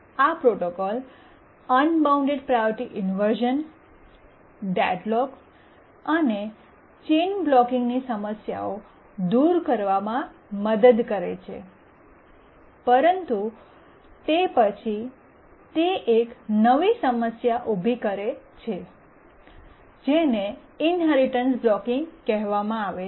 આ protocol unbound priority inversion deadlock અને chain blocking ની સમસ્યાઓ દૂર કરવામાં મદદ કરે છે પરંતુ તે પછી એક નવી સમસ્યા ઉભી કરે છે જેને ઇન્હેરિટન્સ બ્લૉકિંગ કહેવામાં આવે છે